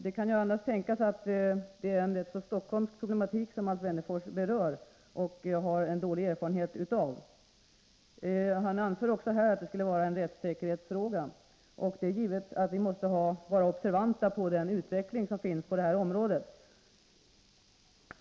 Det kan annars tänkas att det är en rätt stockholmsk problematik som Alf Wennerfors berör och har en dålig erfarenhet av. Han anför också här att det skulle vara en rättssäkerhetsfråga. Det är givet att vi måste vara observanta på den utveckling som finns på det här området.